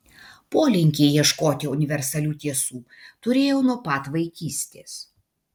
polinkį ieškoti universalių tiesų turėjau nuo pat vaikystės